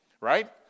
right